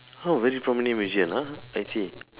how many from many museum ah I see